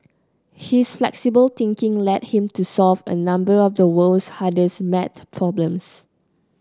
his flexible thinking led him to solve a number of the world's hardest math problems